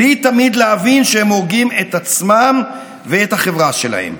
בלי תמיד להבין שהם הורגים את עצמם ואת החברה שלהם.